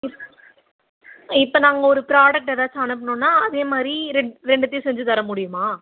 இப் இப்போ நாங்கள் ஒரு ப்ராடக்ட் ஏதாச்சும் அனுப்புனோன்னா அதே மாதிரி ரெட் ரெண்டுத்தையும் செஞ்சு தர முடியுமா